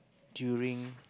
during